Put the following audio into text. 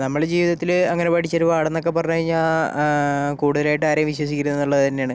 നമ്മളുടെ ജീവിതത്തില് അങ്ങനെ പഠിച്ചൊരു പാഠം എന്നൊക്കെ പറഞ്ഞു കഴിഞ്ഞാൽ കൂടുതലായിട്ടും ആരെയും വിശ്വസിക്കരുത് എന്നുള്ളത് തന്നെയാണ്